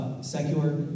secular